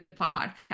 podcast